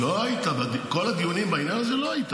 לא היית בכל הדיונים בעניין הזה.